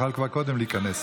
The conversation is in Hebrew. יכול היה כבר קודם להיכנס,